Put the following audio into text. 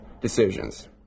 decisions